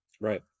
Right